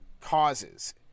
causes